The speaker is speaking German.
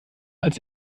als